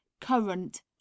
current